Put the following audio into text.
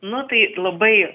nu tai labai